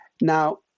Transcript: Now